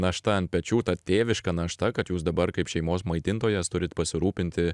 našta ant pečių ta tėviška našta kad jūs dabar kaip šeimos maitintojas turit pasirūpinti